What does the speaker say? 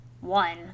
one